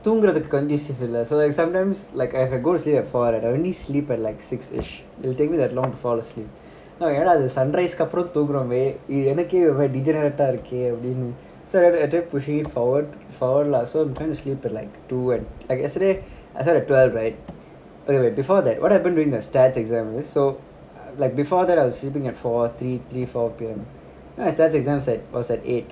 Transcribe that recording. தூங்கறதுக்கு:dhoogaradhukku condition இல்ல:ill so like sometimes like I if I go to sleep at four right I only sleep at like six-ish it'll take me that long to fall asleep ஏனா:aana sunrise அப்புறம்:appuram so i~ I try pushing it forward forward lah so I'm trying to sleep at like two an~ like yesterday I slept at twelve right wait wait before that what happen during the stats exam was so like before that I was sleeping at four three three four P_M then my stats exam is at was at eight